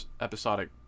episodic